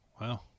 wow